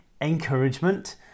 encouragement